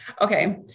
Okay